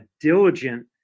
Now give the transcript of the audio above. Diligent